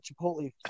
chipotle